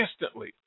instantly